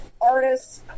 artists